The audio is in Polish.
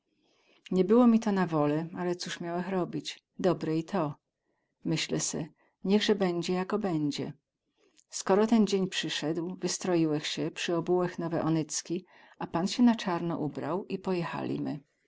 nie było mi to na wólę ale coz miałech robić dobre i to myślę se niechze bedzie jako bedzie skoro ten dzień przyseł wystroiłech sie przyobułech nowe onycki a pan sie na carno ubrał i pojechalimy